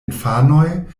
infanoj